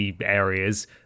areas